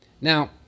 Now